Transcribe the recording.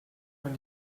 von